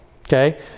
Okay